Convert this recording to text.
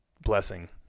blessing